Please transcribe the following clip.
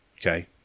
Okay